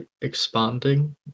expanding